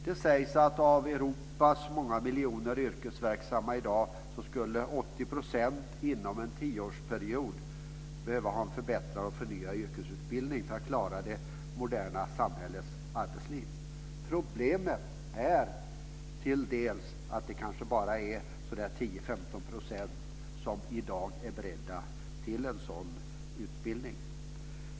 Det sägs att av Europas många miljoner yrkesverksamma i dag skulle 80 % inom en tioårsperiod behöva ha en förbättrad och förnyad yrkesutbildning för att klara det moderna samhällets arbetsliv. Problemet är till dels att det kanske bara är 10-15 % som i dag är beredda att genomgå en sådan utbildning.